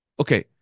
Okay